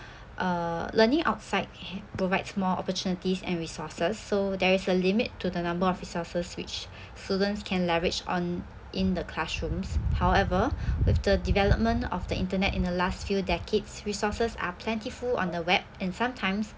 uh learning outside provides more opportunities and resources so there is a limit to the number of resources which students can leverage on in the classrooms however with the development of the internet in the last few decades resources are plentiful on the web and sometimes